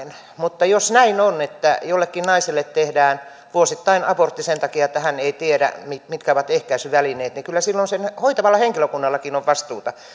mutta jos näin on että jollekin naiselle tehdään vuosittain abortti sen takia että hän ei tiedä mitkä ovat ehkäisyvälineet niin kyllä silloin sillä hoitavalla henkilökunnallakin on vastuuta